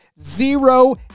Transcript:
zero